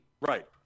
right